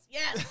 yes